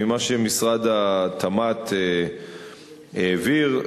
ממה שמשרד התמ"ת העביר,